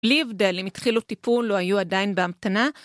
בלי הבדל אם התחילו טיפול או היו עדיין בהמתנה.